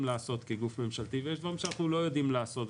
לעשות כגוף ממשלתי ויש דברים שאנחנו לא יודעים לעשות.